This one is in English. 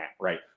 Right